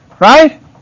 Right